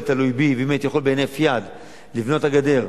ואם הייתי יכול בהינף יד לבנות את הגדר,